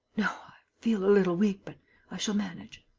no. i feel a little weak. but i shall manage.